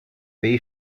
they